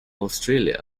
australia